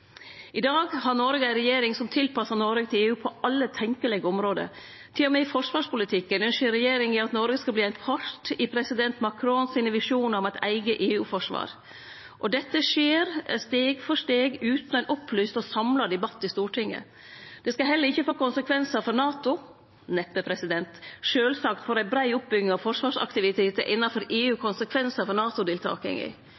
I dag har Noreg ei regjering som tilpassar Noreg til EU på alle tenkjelege område. Til og med i forsvarspolitikken ønskjer regjeringa at Noreg skal bli ein part i president Macrons visjonar om eit eige EU-forsvar. Og dette skjer, steg for steg, utan ein opplyst og samla debatt i Stortinget. Det skal heller ikkje få konsekvensar for NATO. Neppe. Sjølvsagt får ei brei oppbygging av forsvarsaktivitetar innanfor EU